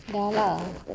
yes lah